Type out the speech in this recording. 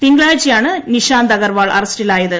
തിങ്കളാഴ്ചയാണ് നിഷാന്ത് അഗർവാൾ അറസ്റ്റിലായത്